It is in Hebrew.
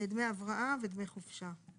דמי הבראה ודמי חופשה".